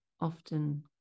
often